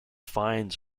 finds